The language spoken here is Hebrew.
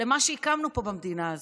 למה שהקמנו פה במדינה הזאת.